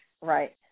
Right